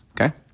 okay